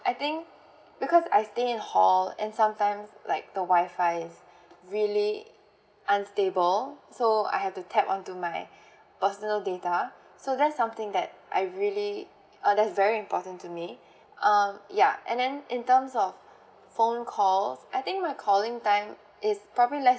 I think because I stay in hall and sometimes like the Wi-Fi is really unstable so I have to tap on to my personal data so that is something that I really that is very important to me um ya and then in terms of phone calls I think my calling time is probably less than